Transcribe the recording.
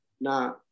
na